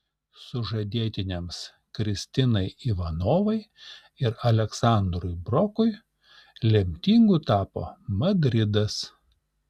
sužadėtiniams kristinai ivanovai ir aleksandrui brokui lemtingu tapo madridas